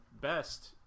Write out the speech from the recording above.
best